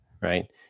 Right